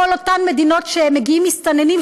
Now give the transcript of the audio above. כל אותן מדינות שמגיעים מהן מסתננים,